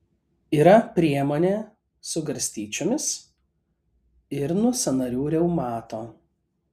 yra priemonė su garstyčiomis ir nuo sąnarių reumato